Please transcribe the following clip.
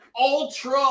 ultra